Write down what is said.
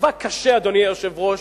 מאבק קשה, אדוני היושב-ראש,